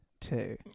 Two